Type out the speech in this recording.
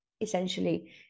essentially